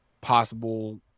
possible